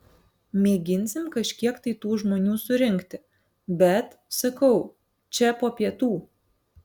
mėginsim kažkiek tai tų žmonių surinkti bet sakau čia po pietų